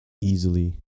easily